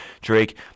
Drake